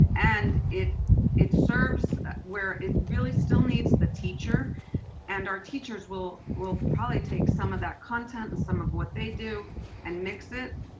and it it serves where it really still needs the teacher and our teachers will will probably take some of that content and some of what they do and mix it.